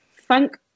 Thank